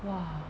!wah!